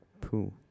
poo